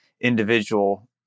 individual